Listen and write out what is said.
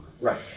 Right